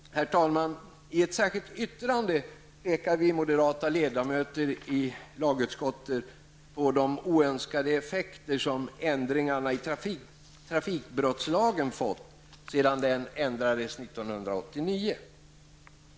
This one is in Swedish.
Herr talman! I ett särskilt yttrande pekar vi moderata ledamöter i lagutskottet på de oönskade effekter som ändringarna i trafikbrottslagen fått sedan den ändrades 1989.